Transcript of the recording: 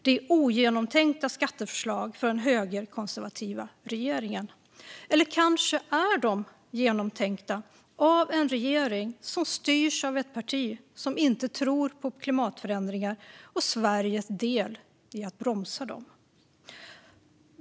Det är ogenomtänkta skatteförslag från den högerkonservativa regeringen. Eller är de kanske genomtänkta av en regering som styrs av ett parti som inte tror på klimatförändringar och Sveriges del i att bromsa dem?